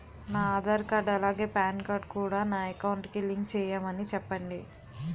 నా ఆధార్ కార్డ్ అలాగే PAN card కూడా నా అకౌంట్ కి లింక్ చేయమని చెప్పండి